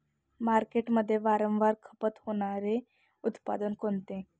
मार्केटमध्ये वारंवार खपत होणारे उत्पादन कोणते?